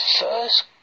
first